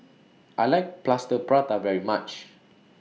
I like Plaster Prata very much